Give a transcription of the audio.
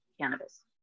cannabis